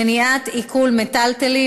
אין מתנגדים